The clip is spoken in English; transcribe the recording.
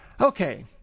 Okay